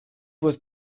was